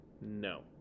no